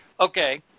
Okay